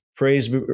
praise